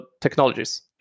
technologies